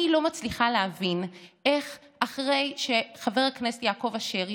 אני לא מצליחה להבין איך אחרי שחבר הכנסת יעקב אשר,